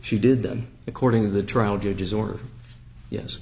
she did them according to the trial